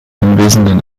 anwesenden